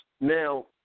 Now